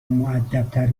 مودبتر